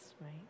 right